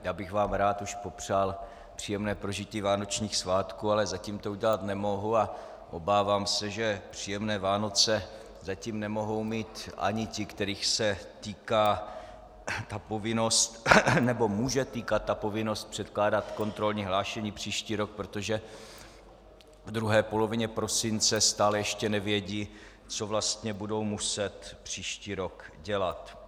Já bych vám rád už popřál příjemné prožití vánočních svátků, ale zatím to udělat nemohu a obávám se, že příjemné Vánoce zatím nemohou mít ani ti, kterých se týká ta povinnost, nebo může týkat povinnost předkládat kontrolní hlášení příští rok, protože v druhé polovině prosince stále ještě nevědí, co budou muset příští rok dělat.